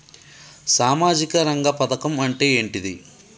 సామాజిక రంగ పథకం అంటే ఏంటిది?